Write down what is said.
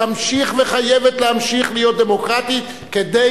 תמשיך וחייבת להמשיך להיות דמוקרטית כדי